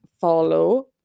follow